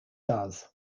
does